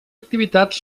activitats